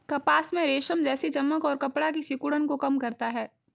कपास में रेशम जैसी चमक और कपड़ा की सिकुड़न को कम करता है